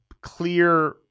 clear